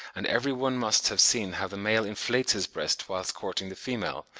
and every one must have seen how the male inflates his breast whilst courting the female,